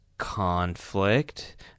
conflict